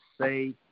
say